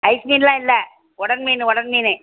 ice மீன்லாம் இல்லை உடன் மீன் உடன் மீன்